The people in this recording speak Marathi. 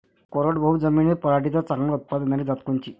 कोरडवाहू शेतीत पराटीचं चांगलं उत्पादन देनारी जात कोनची?